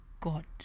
god